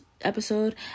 episode